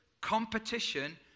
competition